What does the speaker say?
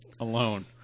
alone